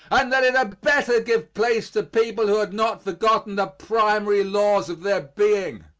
and that it had better give place to people who had not forgotten the primary laws of their being.